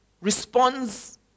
responds